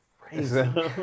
crazy